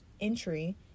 entry